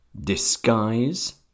disguise